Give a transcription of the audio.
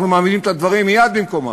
אנחנו מעמידים את הדברים מייד במקומם.